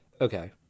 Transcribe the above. Okay